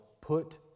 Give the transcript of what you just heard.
put